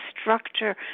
structure